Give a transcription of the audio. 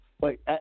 Wait